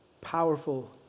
powerful